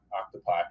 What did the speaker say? Octopi